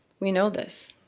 we know this.